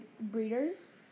breeders